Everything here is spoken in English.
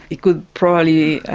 it could probably.